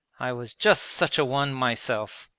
i was just such a one myself.